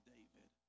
David